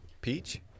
Peach